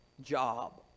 job